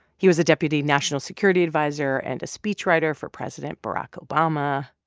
he was a deputy national security adviser and a speechwriter for president barack obama.